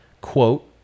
quote